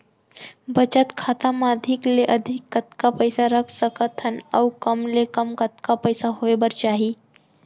बचत खाता मा अधिक ले अधिक कतका पइसा रख सकथन अऊ कम ले कम कतका पइसा होय बर चाही?